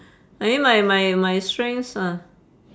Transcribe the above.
I mean my my my strengths are